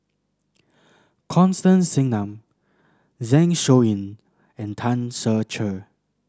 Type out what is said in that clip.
Constance Singam Zeng Shouyin and Tan Ser Cher